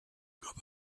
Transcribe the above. about